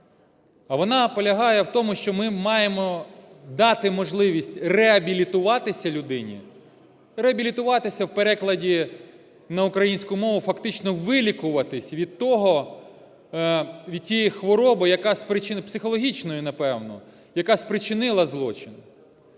А вона полягає в тому, що ми маємо дати можливість реабілітуватись людині, реабілітуватися, в перекладі на українську мову – фактично вилікуватись від того, від тієї хвороби, яка спричинила,